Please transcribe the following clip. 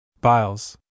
Biles